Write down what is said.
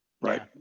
Right